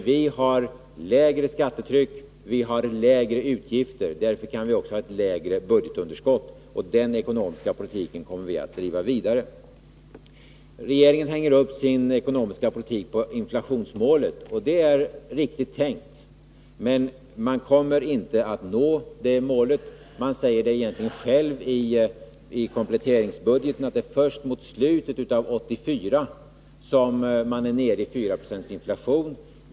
Vi har lägre skattetryck, vi har lägre utgifter, därför kan vi också ha ett lägre budgetunderskott. Den ekonomiska politiken kommer vi att driva vidare. Regeringen hänger upp sin ekonomiska politik på inflationsmålet. Det är riktigt tänkt, men man kommer inte att nå det målet. Man säger det egentligen själv i kompletteringsbudgeten: Det är först mot slutet av 1984 som man kommer att vara nere i 4 90 inflation.